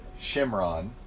Shimron